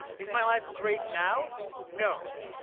is my life great now? no.